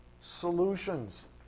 solutions